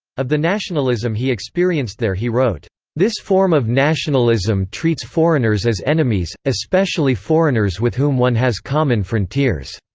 of the nationalism he experienced there he wrote this form of nationalism treats foreigners as enemies, especially foreigners with whom one has common frontiers.